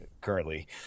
currently